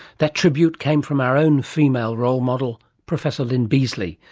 that tribute came from our own female role model, professor lyn beazley,